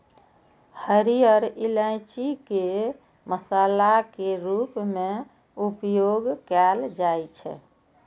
हरियर इलायची के मसाला के रूप मे उपयोग कैल जाइ छै